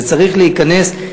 זה צריך להיכנס.